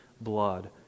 blood